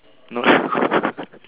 no